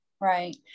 right